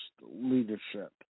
leadership